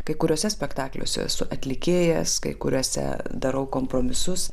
kai kuriuose spektakliuose esu atlikėjas kai kuriuose darau kompromisus